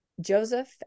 Joseph